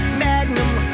magnum